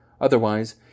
Otherwise